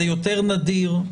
זה יותר נדיר?